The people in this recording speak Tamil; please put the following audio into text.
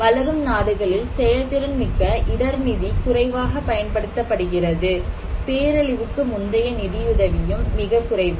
வளரும் நாடுகளில் செயல்திறன் மிக்க இடர் நிதி குறைவாகப் பயன்படுத்தப்படுகிறது பேரழிவுக்கு முந்தைய நிதியுதவியும் மிகக் குறைவு